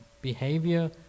behavior